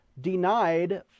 denied